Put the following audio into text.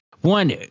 one